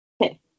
Okay